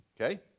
okay